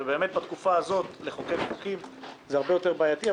ובאמת בתקופה הזאת לחוקק חוקים זה הרבה יותר בעייתי.